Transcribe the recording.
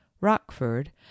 Rockford